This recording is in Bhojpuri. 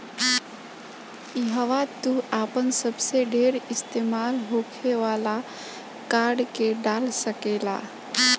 इहवा तू आपन सबसे ढेर इस्तेमाल होखे वाला कार्ड के डाल सकेल